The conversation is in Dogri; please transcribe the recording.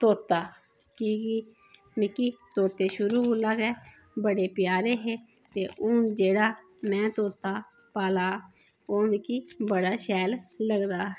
तोता कि के मिकी तोता शुरु कोला गै बडे़ प्यारे हे ते हून जेहड़ा में तोता पाला दा ओह् मिकी बड़ा शैल लगदा